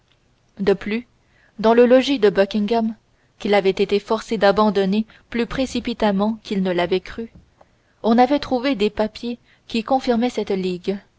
de plus dans le logis de buckingham qu'il avait été forcé d'abandonner plus précipitamment qu'il ne l'avait cru on avait trouvé des papiers qui confirmaient cette ligue